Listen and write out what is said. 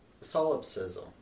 solipsism